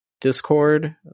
discord